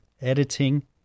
editing